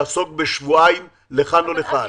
לעסוק בשבועיים לכאן או לכאן.